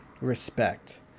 respect